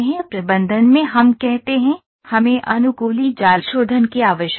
प्रबंधन में हम कहते हैं हमें अनुकूली जाल शोधन की आवश्यकता है